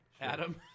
Adam